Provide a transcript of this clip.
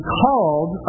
called